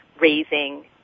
raising